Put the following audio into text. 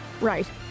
right